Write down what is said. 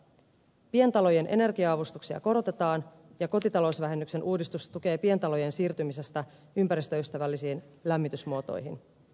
pientalojen energia avustuksia korotetaan ja kotitalousvähennyksen uudistus tukee pientalojen siirtymistä ympäristöystävällisiin lämmitysmuotoihin